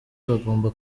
bagomba